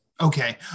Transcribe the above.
okay